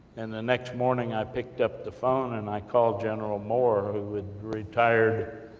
and the next morning, i picked up the phone, and i called general moore, who had retired,